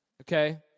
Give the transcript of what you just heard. Okay